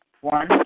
One